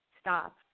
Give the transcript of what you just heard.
stop